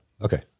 Okay